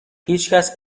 هیچکس